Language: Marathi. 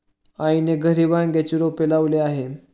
आईने घरी वांग्याचे रोप लावले आहे